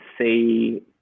see